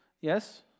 Yes